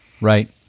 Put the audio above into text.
right